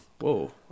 whoa